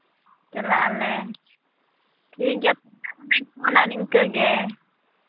ᱪᱟᱞᱟᱜ ᱟᱞᱮ ᱴᱷᱤᱠ ᱜᱮᱭᱟ ᱟᱨᱚ ᱦᱟᱸᱜ ᱤᱧ ᱯᱷᱳᱱᱟ ᱱᱤᱝᱠᱟᱹ ᱜᱮ